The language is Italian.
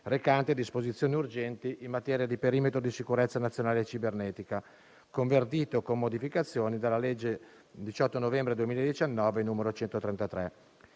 recante disposizioni urgenti in materia di perimetro di sicurezza nazionale cibernetica, convertito con modificazioni dalla legge 18 novembre 2019, n. 133.